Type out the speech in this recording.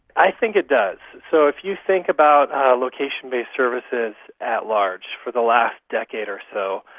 i think it does. so if you think about location-based services at large for the last decade or so,